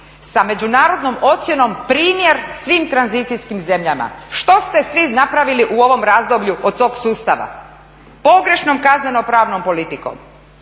sa međunarodnom ocjenom primjer svim tranzicijskim zemljama. Što ste vi napravili u ovom razdoblju od tog sustava? Pogrešnom kazneno-pravnom politikom?